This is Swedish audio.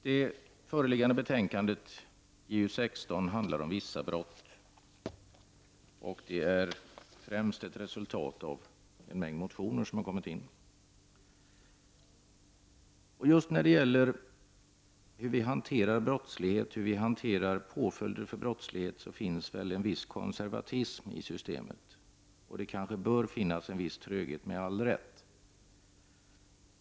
Herr talman! Det föreliggande betänkandet JuU16 handlar om vissa brott. Det är främst ett resultat av en mängd motioner. När det gäller vår hantering av brottslighet och påföljder för brott finns en viss konservatism i systemet. Det kanske också bör finnas en viss tröghet.